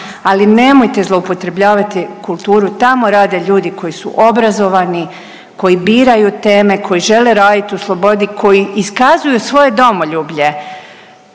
ali nemojte zloupotrebljavati kulturu, tamo rade ljudi koji su obrazovani, koji biraju teme, koji žele radit u slobodi, koji iskazuju svoje domoljublje